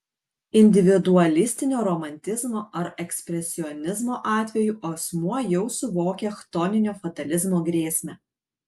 individualistinio romantizmo ar ekspresionizmo atveju asmuo jau suvokia chtoninio fatalizmo grėsmę